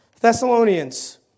Thessalonians